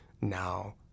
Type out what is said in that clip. now